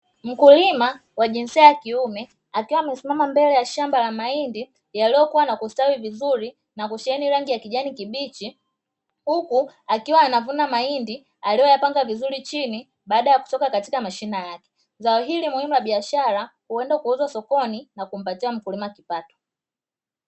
Mkulima wa jinsia ya kiume, akiwa amesimama mbele ya shamba la mahindi yaliyokuwa na kustawi vizuri, na kusheheni rangi ya kijani kibichi, huku akiwa anavuna mahindi aliyoyapanga vizuri chini, baada ya kutoka katika mashina hayo. Zao hili muhimu la biashara, huenda kuuzwa sokoni na kumpatia mkulima kipato.